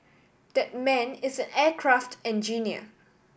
that man is an aircraft engineer